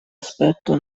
aspetto